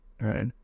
right